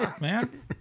Man